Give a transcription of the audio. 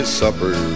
supper